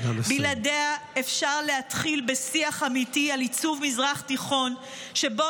בלעדיה אפשר להתחיל בשיח אמיתי על עיצוב מזרח תיכון שבו